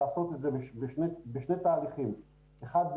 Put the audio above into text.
לעשות את זה בשני תהליכים כאשר האחד הוא